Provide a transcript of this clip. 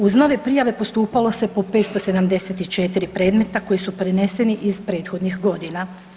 Uz nove prijave postupalo se po 574 predmeta koji su preneseni iz prethodnih godina.